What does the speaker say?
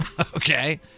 Okay